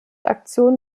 aktion